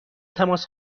تماس